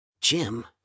Jim